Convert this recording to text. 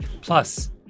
Plus